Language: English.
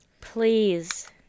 Please